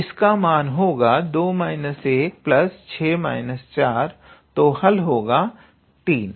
तो इसका मान होगा तो हल 3 होगा